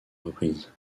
reprises